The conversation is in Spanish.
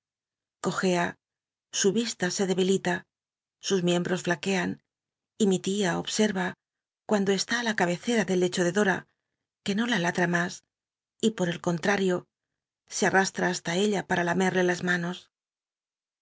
cojea su y se debilita sus miembros flaquean y mi tia obser a cuando está la cabecera del lecho de dora que no la ladra mas y por el contrario se araslra hasta ella paa lamerle las manos